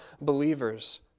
believers